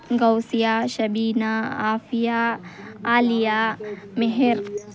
Ghousia Shabeena Aafiya Aliya Meher